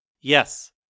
Yes